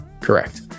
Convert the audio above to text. Correct